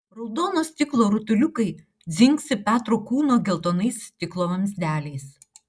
raudono stiklo rutuliukai dzingsi petro kūno geltonais stiklo vamzdeliais